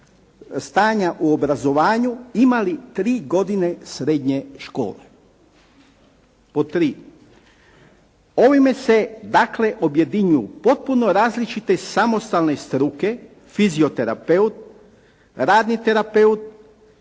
stanja u obrazovanju imali 3 godine srednje škole. Pod tri, ovime se dakle objedinjuju potpuno različite samostalne struke fizioterapeut, radni terapeut,